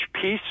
peace